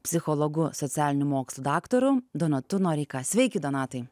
psichologu socialinių mokslų daktaru donatu noreika sveiki donatai